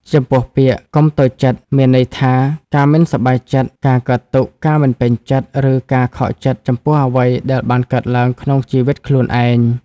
ចំពោះពាក្យ កុំតូចចិត្ត មានន័យថា ការមិនសប្បាយចិត្ត ការកើតទុក្ខ ការមិនពេញចិត្ត ឬការខកចិត្តចំពោះអ្វីដែលបានកើតឡើងក្នុងជីវិតខ្លួនឯង។